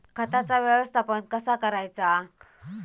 खताचा व्यवस्थापन कसा करायचा?